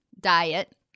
diet